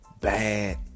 bad